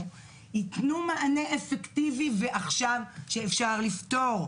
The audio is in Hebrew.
ייתנו מענה אפקטיבי ועכשיו כשאפשר לפתור.